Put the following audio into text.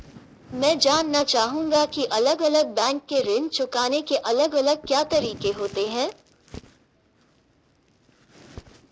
मैं जानना चाहूंगा की अलग अलग बैंक के ऋण चुकाने के अलग अलग क्या तरीके होते हैं?